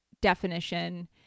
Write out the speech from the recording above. definition